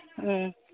ꯎꯝ